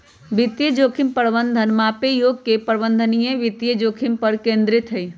वित्तीय जोखिम प्रबंधन मापे योग्य और प्रबंधनीय वित्तीय जोखिम पर केंद्रित हई